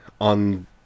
on